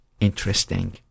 interesting